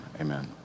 Amen